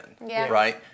right